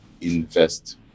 invest